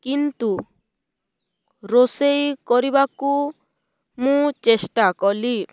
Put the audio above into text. କିନ୍ତୁ ରୋଷେଇ କରିବାକୁ ମୁଁ ଚେଷ୍ଟା କଲି